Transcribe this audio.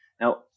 Now